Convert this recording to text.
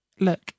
look